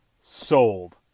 sold